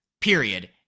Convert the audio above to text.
period